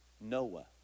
Noah